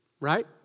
Right